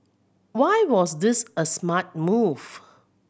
why was this a smart move